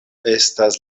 estas